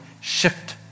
shift